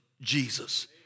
Jesus